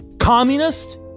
communist